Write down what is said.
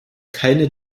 keine